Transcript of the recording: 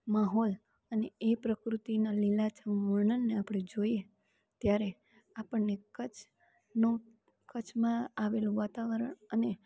માહોલ અને એ પ્રકૃતિનાં લીલાછમ વર્ણનને આપણે જોઈએ ત્યારે આપણને કચ્છનો કચ્છમાં આવેલું વાતાવરણ અને